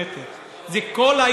זה לא 40 סנטימטר,